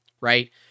right